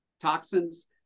toxins